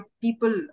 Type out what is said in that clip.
people